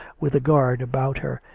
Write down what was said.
with a guard about her,